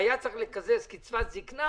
כשהיה צריך לקזז קצבת זקנה